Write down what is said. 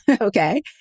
okay